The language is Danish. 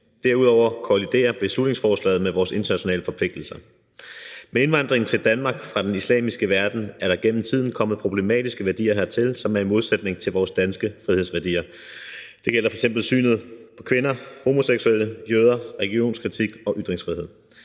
Derudover kolliderer beslutningsforslaget med vores internationale forpligtigelser. Med indvandringen til Danmark fra den islamiske verden er der igennem tiden kommet problematiske værdier hertil, som står i modsætning til vores danske frihedsværdier. Det gælder f.eks. synet på kvinder, homoseksuelle, jøder, religionskritik og ytringsfrihed,